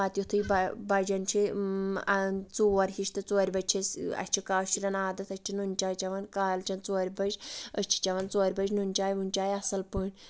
پَتہٕ یِتُھے بَجان چھِ ژور ہِش تہٕ ژورِ بَجہِ چھِ أسۍ اَسہِ چھِ کٲشرین عادت أسۍ چھِ نوٗن چاے چیوان کالچٮ۪ن ژورِ بَجہِ أسۍ چھِ چیوان ژورِ بَجہِ نوٗن چاے وُن چاے اَصٕل پٲٹھۍ